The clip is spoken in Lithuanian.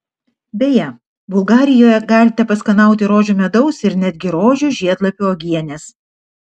beje bulgarijoje galite paskanauti rožių medaus ir netgi rožių žiedlapių uogienės